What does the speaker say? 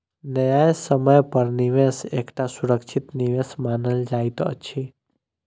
न्यायसम्य पर निवेश एकटा सुरक्षित निवेश मानल जाइत अछि